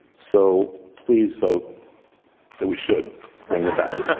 so please vote that we should bring them back.